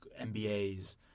mbas